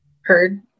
heard